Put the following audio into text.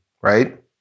right